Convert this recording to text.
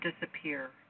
disappear